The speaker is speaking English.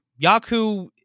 Yaku